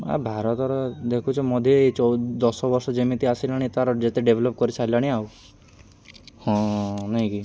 ଆ ଭାରତର ଦେଖୁଛ ମୋଦୀ ଏଇ ଦଶବର୍ଷ ଯେମିତି ଆସିଲାଣି ତାର ଯେତେ ଡେଭେଲପ୍ କରିସାରିଲାଣି ଆଉ ହଁ ନାଇଁକି